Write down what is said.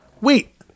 Wait